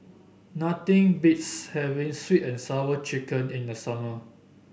nothing beats having sweet and Sour Chicken in the summer